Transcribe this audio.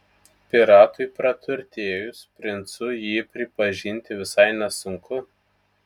piratui praturtėjus princu jį pripažinti visai nesunku